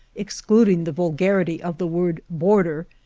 excluding the vulgarity of the word boarder,